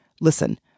Listen